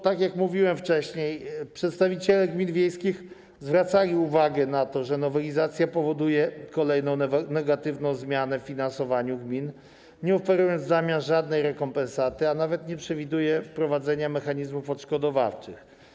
Tak jak mówiłem wcześniej, przedstawiciele gmin wiejskich zwracali uwagę na to, że nowelizacja powoduje kolejną negatywną zmianę w finansowaniu gmin, nie oferując w zamian żadnej rekompensaty, a nawet nie przewidując wprowadzenia mechanizmów odszkodowawczych.